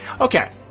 Okay